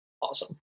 awesome